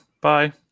bye